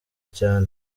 cyane